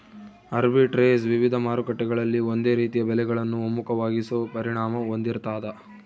arbitrage ವಿವಿಧ ಮಾರುಕಟ್ಟೆಗಳಲ್ಲಿ ಒಂದೇ ರೀತಿಯ ಬೆಲೆಗಳನ್ನು ಒಮ್ಮುಖವಾಗಿಸೋ ಪರಿಣಾಮ ಹೊಂದಿರ್ತಾದ